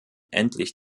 endlich